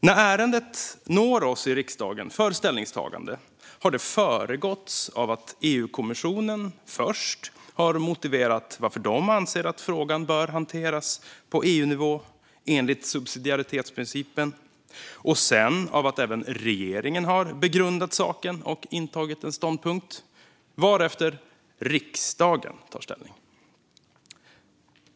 När ärendet når oss i riksdagen för ställningstagande har det föregåtts av att EU-kommissionen först har motiverat varför man anser att frågan bör hanteras på EU-nivå enligt subsidiaritetsprincipen och sedan av att även regeringen har begrundat saken och intagit en ståndpunkt, varefter riksdagen tar ställning.